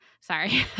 Sorry